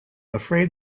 afraid